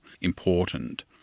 important